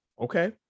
okay